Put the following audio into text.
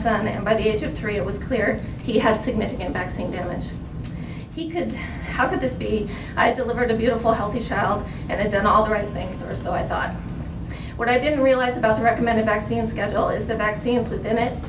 son and by the age of three it was clear he had significant vaccine damage he could how could this be i delivered a beautiful healthy child and done all the right things or so i thought what i didn't realize about the recommended vaccine schedule is the vaccines within it